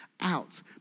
out